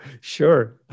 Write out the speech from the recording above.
sure